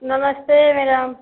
नमस्ते मैडम